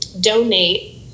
donate